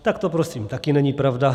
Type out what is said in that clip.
Tak to prosím taky není pravda.